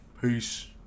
peace